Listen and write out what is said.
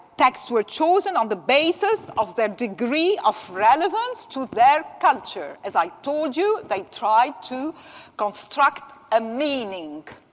texts were chosen on the basis of their degree of relevance to their culture. as i told you, they tried to construct a meaning.